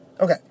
okay